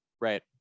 Right